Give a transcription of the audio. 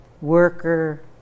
worker